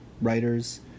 writers